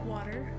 Water